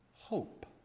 hope